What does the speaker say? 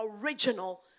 original